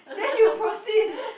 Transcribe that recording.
then you proceed